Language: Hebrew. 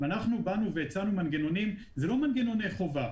אנחנו באנו והצענו מנגנונים שהם לא מנגנוני חובה.